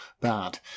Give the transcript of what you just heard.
bad